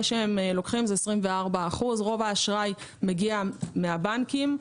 שהם לוקחים זה 24%. רוב האשראי מגיע מהבנקים.